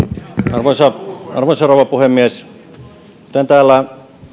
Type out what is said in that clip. arvoisa arvoisa rouva puhemies kuten täällä